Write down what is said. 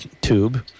tube